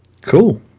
Cool